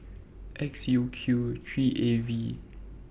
X U Q three A V